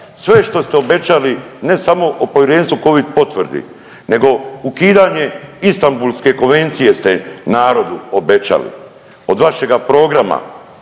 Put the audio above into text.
Sve što ste obećali, ne samo o Povjerenstvu covid potvrde nego ukidanje Istanbulske konvencije ste narodu obećali od vašega programa